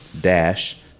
Dash